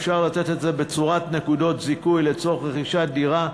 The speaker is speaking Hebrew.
אפשר לתת אותו בצורת נקודות זיכוי לצורך רכישת דירה,